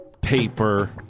paper